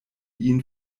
ihn